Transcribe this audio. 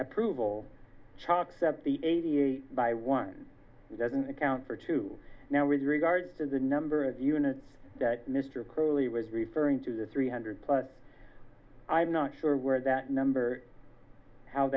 approval cept the eighty eight by one doesn't account for two now with regard to the number of units that mr curly was referring to the three hundred plus i'm not sure where that number how